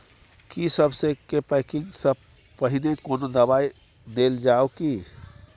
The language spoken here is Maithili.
की सबसे के पैकिंग स पहिने कोनो दबाई देल जाव की?